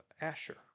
Asher